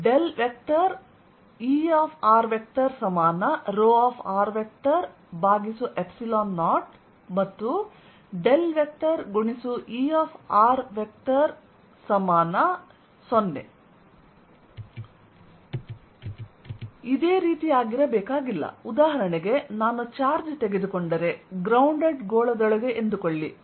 Err0 and Er0 ಇದೇ ರೀತಿಯಾಗಿರಬೇಕಾಗಿಲ್ಲ ಉದಾಹರಣೆಗೆ ನಾನು ಚಾರ್ಜ್ ತೆಗೆದುಕೊಂಡರೆ ಗ್ರೌಂಡೆಡ್ ಗೋಳದೊಳಗೆ ಎಂದುಕೊಳ್ಳಿ